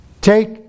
Take